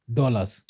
dollars